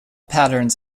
patterns